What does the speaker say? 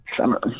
summer